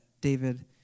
David